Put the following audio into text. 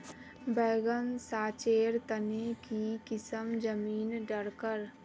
बैगन चासेर तने की किसम जमीन डरकर?